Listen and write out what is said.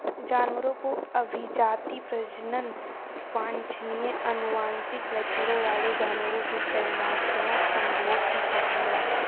जानवरों की अभिजाती, प्रजनन वांछनीय आनुवंशिक लक्षणों वाले जानवरों के चयनात्मक संभोग की प्रक्रिया है